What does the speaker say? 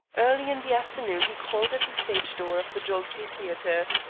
early in the afternoon he called at the stage-door of the jollity theatre.